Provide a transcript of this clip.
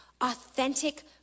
authentic